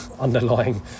underlying